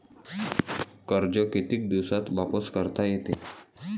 कर्ज कितीक दिवसात वापस करता येते?